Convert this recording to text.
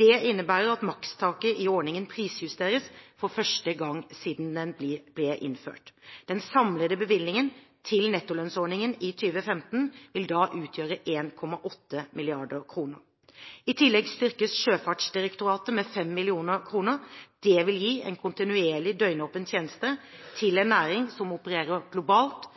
Det innebærer at makstaket i ordningen prisjusteres for første gang siden den ble innført. Den samlede bevilgningen til nettolønnsordningen i 2015 vil da utgjøre 1,8 mrd. kr. I tillegg styrkes Sjøfartsdirektoratet med 5 mill. kr. Det vil gi en kontinuerlig døgnåpen tjeneste til en næring som opererer globalt,